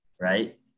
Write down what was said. right